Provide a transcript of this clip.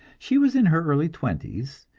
she was in her early twenties,